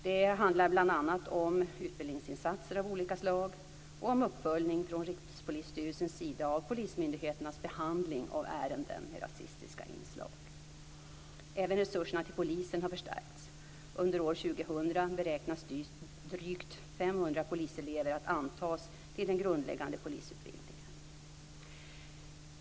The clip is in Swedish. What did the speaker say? Det handlar bl.a. om utbildningsinsatser av olika slag och om en uppföljning från Rikspolisstyrelsens sida av polismyndigheternas behandling av ärenden med rasistiska inslag. Även resurserna till polisen har förstärkts. Under år 2000 beräknas drygt 500 poliselever att antas till den grundläggande polisutbildningen.